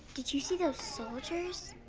did you see those soldiers?